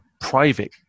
private